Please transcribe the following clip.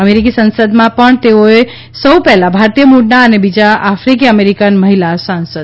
અમેરિકી સંસદમાં પણ તેઓ સૌ પહેલાં ભારતીય મૂળનાં અને બીજા આફિકી અમેરિકન મહિલા સાંસદ છે